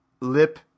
lip